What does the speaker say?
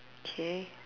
K